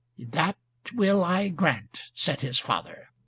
that will i grant, said his father.